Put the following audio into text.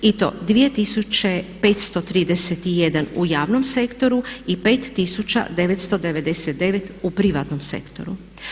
I to 2531 u javnom sektoru i 5999 u privatnom sektoru.